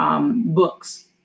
books